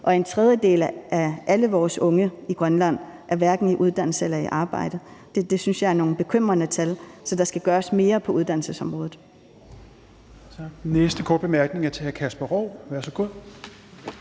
Og en tredjedel af alle vores unge i Grønland er hverken i uddannelse eller i arbejde. Det synes jeg er nogle bekymrende tal, så der skal gøres mere på uddannelsesområdet.